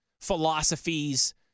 philosophies